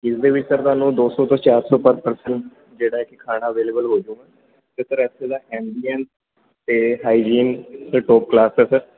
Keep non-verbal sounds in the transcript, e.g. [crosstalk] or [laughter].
ਇਸਦੇ ਵਿੱਚ ਸਰ ਤੁਹਾਨੂੰ ਦੋ ਸੌ ਤੋਂ ਚਾਰ ਸੌ ਪਰ ਪਰਸਨ ਜਿਹੜਾ ਕਿ ਖਾਣਾ ਅਵੇਲੇਬਲ ਹੋ ਜੂਗਾ ਇਹ ਸਰ ਇੱਥੇ ਦਾ [unintelligible] ਅਤੇ ਹਾਈਜੀਨ ਅਤੇ ਟੋਪ ਕਲਾਸ ਹੈ ਸਰ